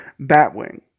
Batwing